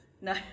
No